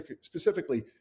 specifically